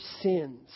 sins